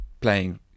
playing